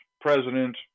president